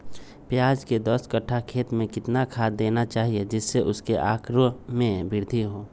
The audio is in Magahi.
प्याज के दस कठ्ठा खेत में कितना खाद देना चाहिए जिससे उसके आंकड़ा में वृद्धि हो?